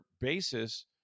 basis